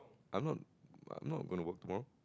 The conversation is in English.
I'm not I'm not gonna work tomorrow